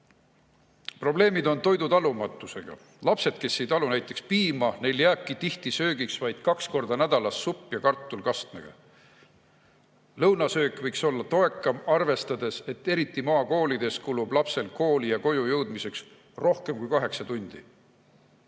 Probleemid on toidutalumatusega. Lastel, kes ei talu näiteks piima, jääbki tihti söögiks vaid kaks korda nädalas supp ja kartul kastmega. Lõunasöök võiks olla toekam, arvestades, et eriti maakoolides kulub lapsel kooli ja koju jõudmiseks rohkem aega,